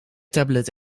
tablet